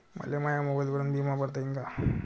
मले माया मोबाईलवरून बिमा भरता येईन का?